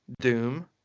Doom